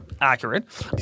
accurate